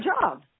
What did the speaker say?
job